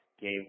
game